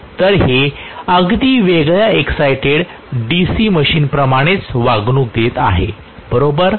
तर हे अगदी वेगळ्या एक्सायटेड DC मशीनप्रमाणेच वागणूक देत आहे बरोबर